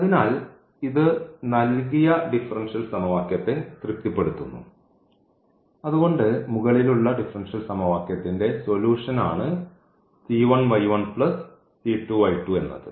അതിനാൽ ഇത് നൽകിയ ഡിഫറൻഷ്യൽ സമവാക്യത്തെ തൃപ്തിപ്പെടുത്തുന്നു അതുകൊണ്ട് മുകളിലുള്ള ഡിഫറൻഷ്യൽ സമവാക്യത്തിന്റെ സൊലൂഷൻ ആണ് എന്നത്